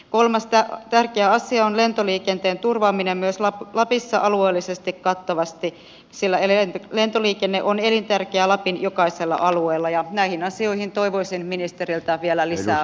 kolmas tärkeä asia on lentoliikenteen turvaaminen myös lapissa alueellisesti kattavasti sillä lentoliikenne on elintärkeä lapin jokaisella alueella ja näihin asioihin toivoisin ministeriltä vielä hiukan lisää valaistusta